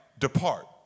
Depart